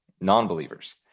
non-believers